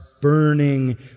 burning